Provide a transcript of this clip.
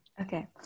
Okay